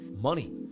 money